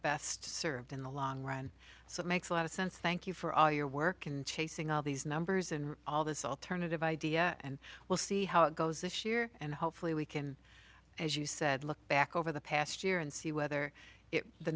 best served in the long run so it makes a lot of sense thank you for all your work and chasing all these numbers and all this alternative idea and we'll see how it goes this year and hopefully we can as you said look back over the past year and see whether